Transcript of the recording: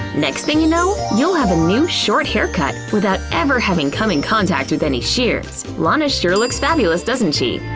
next thing you know, you'll have a new, short haircut without ever having come into and contact with any sheers. lana sure looks fabulous, doesn't she?